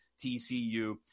TCU